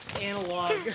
analog